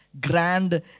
grand